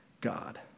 God